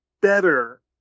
better